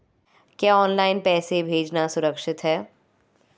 क्या ऑनलाइन पैसे भेजना सुरक्षित है?